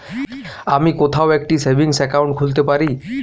আমি কোথায় একটি সেভিংস অ্যাকাউন্ট খুলতে পারি?